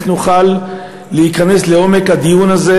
איך נוכל להיכנס לעומק הדיון הזה